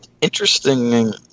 interesting